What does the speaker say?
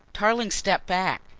tarling stepped back.